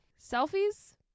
Selfies